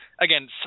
Again